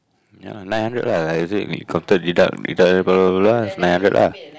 ya nine hundred lah like you said we counted deduct deduct then blah blah blah blah nine hundred lah